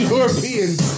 Europeans